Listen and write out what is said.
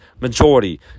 majority